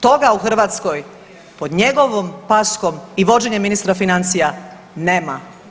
Toga u Hrvatskoj pod njegovom paskom i vođenjem ministra financija nema.